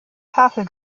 tafel